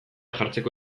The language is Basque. jartzeko